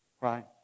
Right